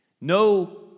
No